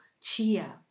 Chia